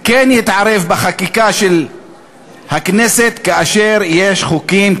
כן יתערב בחקיקה של הכנסת כאשר יש חוקים,